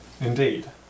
Indeed